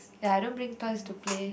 ya I don't bring toys to play